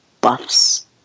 buffs